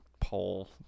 poll